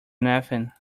nothing